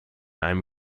einem